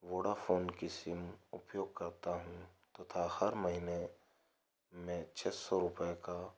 Vodafone की SIM उपयोग करता हूँ तथा हर महीने मैं छः सौ रुपये का